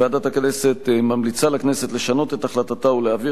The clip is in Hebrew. ועדת הכנסת ממליצה לכנסת לשנות את החלטתה ולהעביר